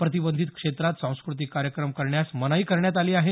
प्रतिबंधित क्षेत्रात सांस्क्रतिक कार्यक्रम करण्यास मनाई करण्यात आली आहे